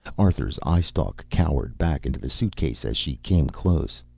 arthur's eyestalk cowered back into the suitcase as she came close.